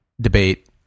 debate